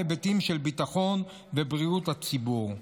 גם בהיבטים של ביטחון ובריאות הציבור.